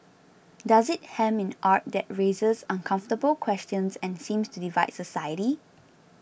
does it hem in art that raises uncomfortable questions and seems to divide society